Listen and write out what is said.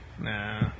Nah